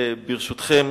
ברשותכם,